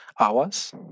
Hours